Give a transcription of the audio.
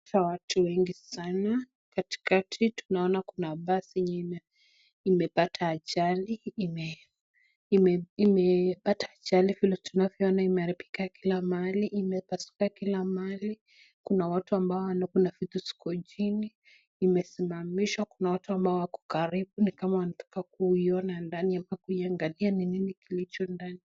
Watu wengi sana, katikati tunaona basi imepata ajali imeharibika kila mahali, imepasuka kila mahali, kuna watu alafu kuna vitu ziko chini zimesimamishwa, kuna watu ambao wako karibu ni kama wanataka kuiona ndani ama kuangalia nini kilicho ndani.